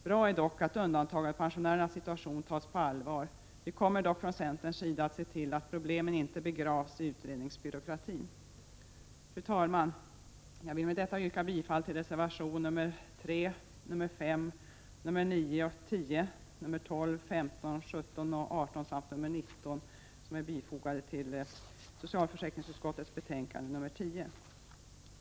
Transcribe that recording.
Bra är dock att undantagandepensionärernas situation tas på allvar. Vi kommer från centerns sida att se till att problemen inte begravs i utredningsbyråkratin. Fru talman! Jag vill med detta yrka bifall till reservationerna 3, 5,9, 10, 12, 15, 17, 18 och 19 som är fogade till socialförsäkringsutskottets betänkande 1986/87:10.